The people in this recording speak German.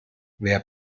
wer